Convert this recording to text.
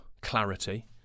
clarity